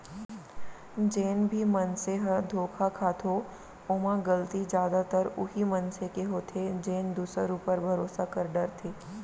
जेन भी मनसे ह धोखा खाथो ओमा गलती जादातर उहीं मनसे के होथे जेन दूसर ऊपर भरोसा कर डरथे